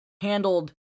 handled